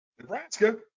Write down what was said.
Nebraska